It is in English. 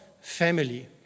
family